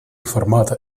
формата